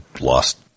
lost